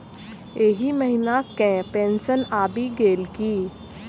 एहि महीना केँ पेंशन आबि गेल की